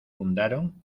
fundaron